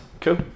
Cool